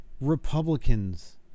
Republicans